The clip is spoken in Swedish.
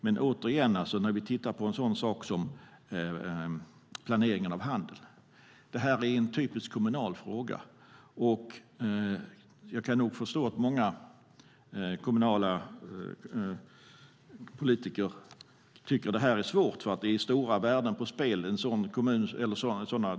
Men återigen: Planeringen av handel är en typisk kommunal fråga. Jag kan förstå att många kommunala politiker tycker att det här är svårt. Det är stora värden som står på spel.